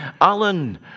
Alan